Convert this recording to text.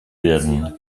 werden